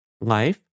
life